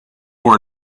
were